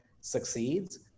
succeeds